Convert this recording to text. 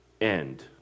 end